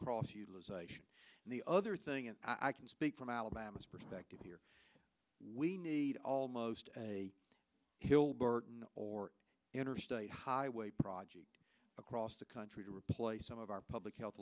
cross utilization and the other thing and i can speak from alabama's perspective here we need almost a hill burton or interstate highway project across the country to replace some of our public health